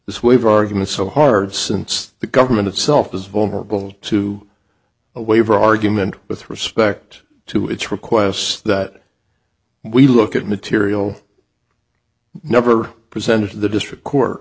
this waiver argument so hard since the government itself is vulnerable to a waiver argument with respect to its requests that we look at material never presented to the district co